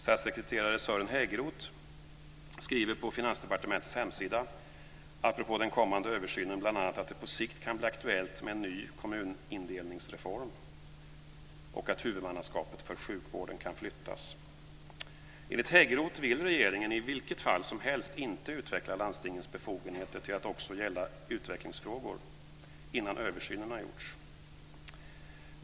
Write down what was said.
Statssekreterare Sören Häggroth skriver på Finansdepartementets hemsida apropå den kommande översynen bl.a. att det på sikt kan bli aktuellt med en ny kommunindelningsreform och att huvudmannaskapet för sjukvården kan flyttas. Enligt Häggroth vill regeringen i vilket fall som helst inte utveckla landstingens befogenheter till att också gälla utvecklingsfrågor innan översynen har gjorts.